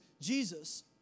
Jesus